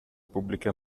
pubbliche